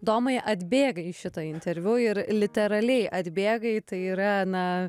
domai atbėgai į šitą interviu ir literaliai atbėgai tai yra na